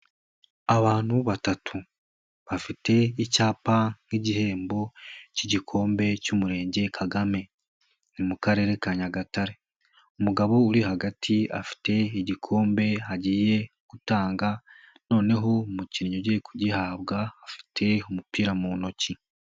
Abantu batatu, bafite icyapa nk'igihembo cy'igikombe cy'umurenge Kagame, ni mu Karere ka Nyagatare, umugabo uri hagati afite igikombe agiye gutanga, noneho umukinnyi ugiye kugihabwa afite umupira mu ntoki.